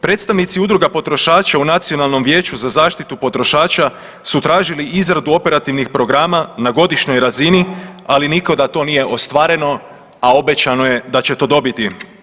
Predstavnici Udruga potrošača u Nacionalnom vijeću za zaštitu potrošača su tražili izradu operativnih programa na godišnjoj razini, ali nikada to nije ostvareno a obećano je da će to dobiti.